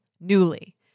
Newly